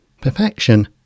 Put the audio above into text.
perfection